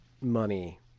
money